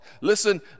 Listen